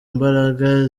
imbaraga